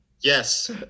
Yes